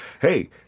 hey